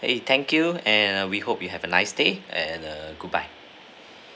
eh thank you and err we hope you have a nice day and err goodbye